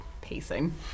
pacing